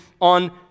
on